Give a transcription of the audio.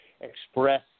express